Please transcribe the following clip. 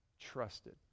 trusted